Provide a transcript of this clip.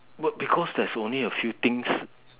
but because there is only a few things